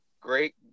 great